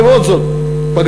למרות זאת פגענו.